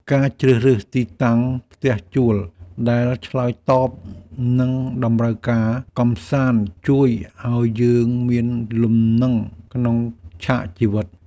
ការជ្រើសរើសទីតាំងផ្ទះជួលដែលឆ្លើយតបនឹងតម្រូវការកម្សាន្តជួយឱ្យយើងមានលំនឹងក្នុងឆាកជីវិត។